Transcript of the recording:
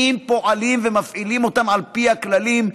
אם פועלים ומפעילים אותם על פי הכללים,